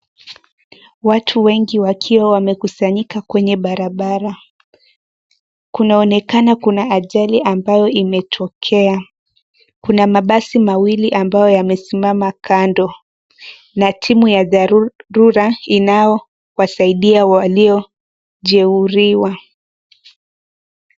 Watu wengi wakiwa wamekusanyika kwenye barabara. Kunaonekana kuna ajali ambayo imetokea. Kuna mabasi mawili ambayo yamesimama kando na timu ya dharura inaowasaidia waliojehuriwa.